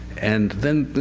and then